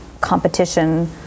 competition